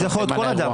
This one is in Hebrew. זה יכול להיות כל אדם.